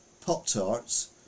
pop-tarts